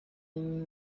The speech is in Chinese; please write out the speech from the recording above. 蓼科